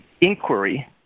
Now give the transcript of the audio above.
inquiry